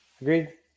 Agreed